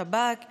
שב"כ ומשטרה,